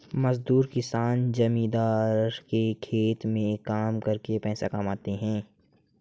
मजदूर किसान जमींदार के खेत में काम करके पैसा कमाते है